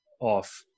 off